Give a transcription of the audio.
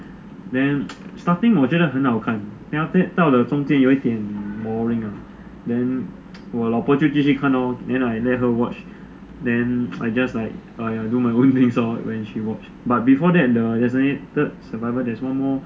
then starting 我觉得很好看 then after that 到了中间有一点 boring uh then 我老婆就继续看咯:wo lao po jiu ji xu kan geo then I let her watch then I just like I do my own thing so when she watch but before that the designated survivor there is one more